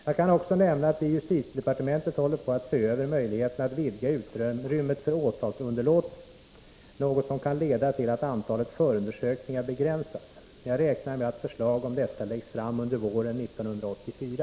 Jag kan också nämna att vi i justitiedepartementet håller på att se över möjligheterna att vidga utrymmet för åtalsunderlåtelse, något som kan leda till att antalet förundersökningar begränsas. Jag räknar med att förslag om detta läggs fram under våren 1984.